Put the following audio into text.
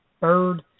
Bird